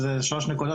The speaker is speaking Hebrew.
אז שלוש נקודות,